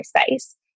space